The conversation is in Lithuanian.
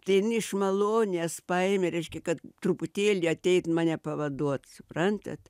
tai jinai iš malonės paėmė reiškia kad truputėlį ateit mane pavaduot suprantat